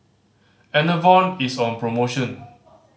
Enervon is on promotion